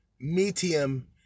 medium